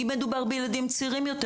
אם מדובר בילדים צעירים יותר,